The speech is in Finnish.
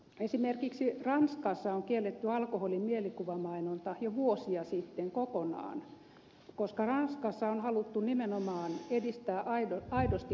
esimerkiksi ranskassa on kielletty alkoholin mielikuvamainonta jo vuosia sitten kokonaan koska ranskassa on haluttu nimenomaan edistää aidosti kansanterveyttä